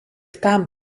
tam